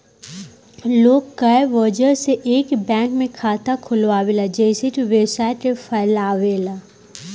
लोग कए वजह से ए बैंक में खाता खोलावेला जइसे कि व्यवसाय के फैलावे ला